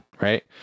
right